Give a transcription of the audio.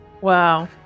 Wow